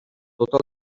tota